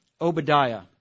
Obadiah